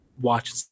watch